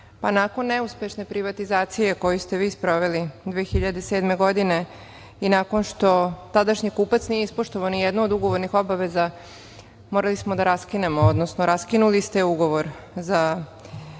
Pa, nakon neuspešne privatizacije koju ste vi sproveli 2007. godine i nakon što tadašnji kupac nije ispoštovao nijednu od ugovornih obaveza, morali smo da raskinemo, odnosno raskinuli ste ugovor za